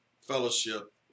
fellowship